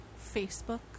Facebook